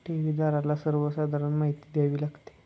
ठेवीदाराला सर्वसाधारण माहिती द्यावी लागते